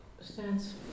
stands